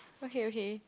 okay okay